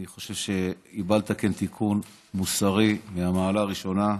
אני חושב שהיא באה לתקן תיקון מוסרי מהמעלה הראשונה.